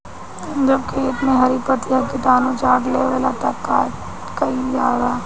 जब खेत मे हरी पतीया किटानु चाट लेवेला तऽ का कईल जाई?